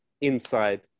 inside